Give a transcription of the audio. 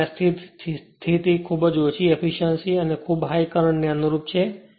જો કે આ સ્થિતિ ખૂબ ઓછી એફીશ્યંસી અને ખૂબ હાઇ કરંટ ને અનુરૂપ છે